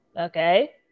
Okay